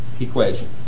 equation